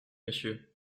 monsieur